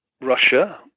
Russia